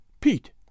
Pete